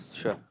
sure